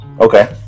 Okay